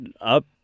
up